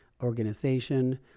organization